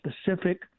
specific